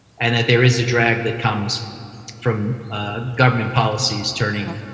and that there is a drag that comes from government policies turning